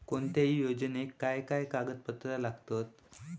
कोणत्याही योजनेक काय काय कागदपत्र लागतत?